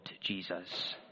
Jesus